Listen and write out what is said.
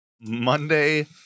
Monday